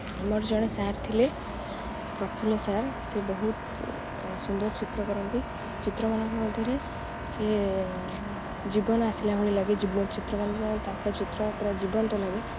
ଆମର ଜଣେ ସାର୍ ଥିଲେ ପ୍ରଫୁଲ୍ଲ ସାର୍ ସେ ବହୁତ ସୁନ୍ଦର ଚିତ୍ର କରନ୍ତି ଚିତ୍ରମାନଙ୍କ ମଧ୍ୟରେ ସେ ଜୀବନ ଆସିଲା ଭଳି ଲାଗେ ଚିତ୍ରମାନେ ତାଙ୍କ ଚିତ୍ର ପୁରା ଜୀବନ୍ତ ଲାଗେ